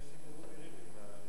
נסים זאב.